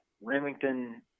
Remington